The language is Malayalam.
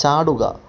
ചാടുക